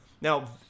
now